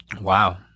Wow